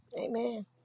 amen